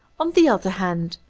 on the other hand,